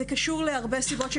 זה קשור להרבה סיבות.